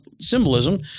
symbolism